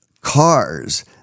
cars